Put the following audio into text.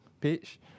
page